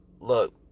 look